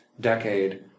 decade